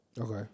Okay